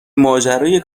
ماجرای